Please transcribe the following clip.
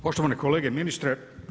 Poštovane kolege, ministre.